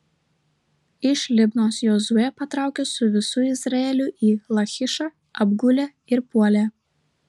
iš libnos jozuė patraukė su visu izraeliu į lachišą apgulė ir puolė